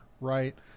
right